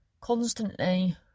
Constantly